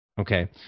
Okay